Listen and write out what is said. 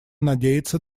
надеется